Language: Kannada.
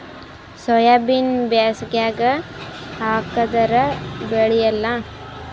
ಸೋಯಾಬಿನ ಬ್ಯಾಸಗ್ಯಾಗ ಹಾಕದರ ಬೆಳಿಯಲ್ಲಾ?